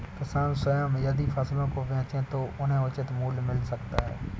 किसान स्वयं यदि फसलों को बेचे तो उन्हें उचित मूल्य मिल सकता है